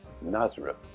Nazareth